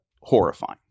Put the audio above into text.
horrifying